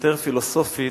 יותר פילוסופית,